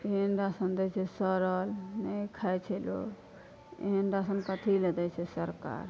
एहन राशन दै छै सड़ल नहि खाइ छै लोग एहन राशन कथी लए दै छै सरकार